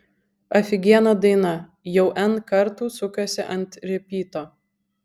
afigiena daina jau n kartų sukasi ant ripyto